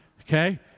Okay